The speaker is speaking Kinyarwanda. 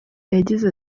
yagize